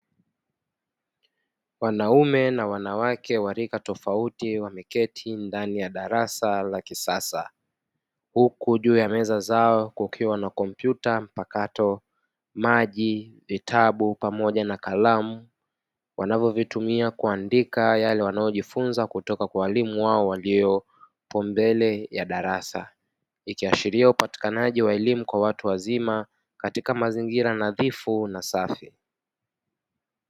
Wanaume na wanawake wa rika tofauti wameketi ndani ya darasa la kisasa, huku juu ya meza zao kukiwa na kompyuta mpakato, maji, vitabu pamoja nakaramu wanavyo vitumia kuandika yale wanayojifunza kutoka kwa walimu wao waliopo mbele ya darasa, ikiashilia upatikanaji wa elimu kwa watu wazima katika mazingira nadhifu na safi.